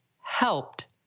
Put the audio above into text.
helped